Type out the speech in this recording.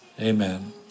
Amen